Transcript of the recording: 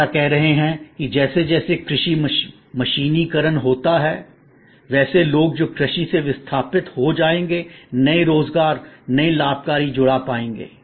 ऐसा कह रहे हैं कि जैसे जैसे कृषि मशीनीकरण होता है वैसे लोग जो कृषि से विस्थापित हो जाएंगे नए रोजगार नए लाभकारी जुड़ाव पाएंगे